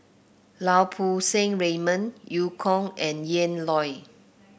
Lau Poo Seng Raymond Eu Kong and Ian Loy